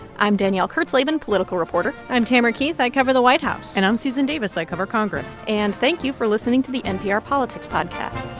i'm danielle kurtzleben, political reporter i'm tamara keith. i cover the white house and i'm susan davis. i cover congress and thank you for listening to the npr politics podcast